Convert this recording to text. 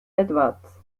edwards